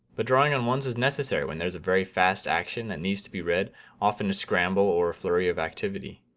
but drawing on ones is necessary when there's a very fast action that needs to be read often to scramble or a flurry of activity.